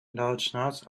doughnuts